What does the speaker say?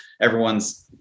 everyone's